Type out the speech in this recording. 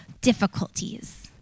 difficulties